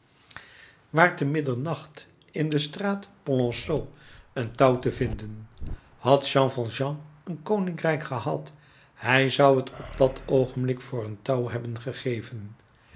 te middernacht in de straat polonceau een touw te vinden had jean valjean een koninkrijk gehad hij zou het op dat oogenblik voor een touw hebben gegeven